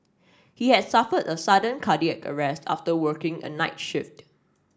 he had suffered a sudden cardiac arrest after working a night shift